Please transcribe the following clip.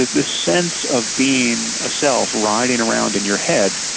this sense of being a self riding around in your head,